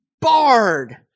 barred